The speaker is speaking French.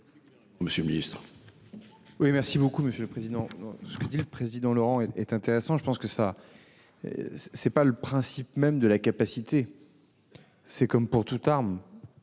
monsieur le ministre,